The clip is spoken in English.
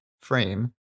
frame